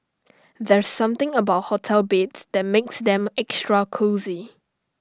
there's something about hotel beds that makes them extra cosy